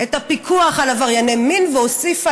את הפיקוח על עברייני מין והוסיפה